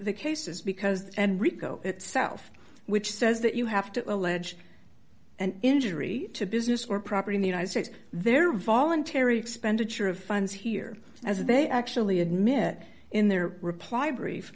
the case is because and rico itself which says that you have to allege and injury to business or property in the united states there are voluntary expenditure of funds here as they actually admit in their reply brief